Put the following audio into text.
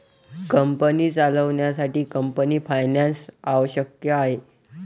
company चालवण्यासाठी company finance आवश्यक आहे